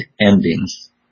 endings